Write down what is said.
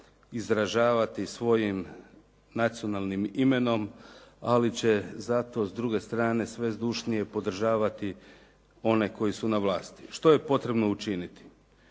izražavati svojim nacionalnim imenom, ali će zato s druge strane sve zdušnije podržavati one koji su na vlasti. Što je potrebno učiniti?